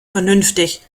vernünftig